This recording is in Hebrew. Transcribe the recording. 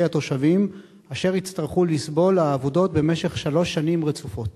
התושבים שיסבלו מהעבודות שלוש שנים רצופות?